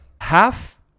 Half